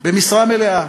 במשרה מלאה